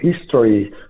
history